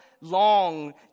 long